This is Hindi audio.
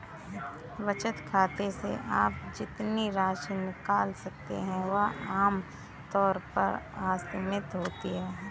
बचत खाते से आप जितनी राशि निकाल सकते हैं वह आम तौर पर असीमित होती है